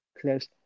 close